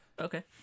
Okay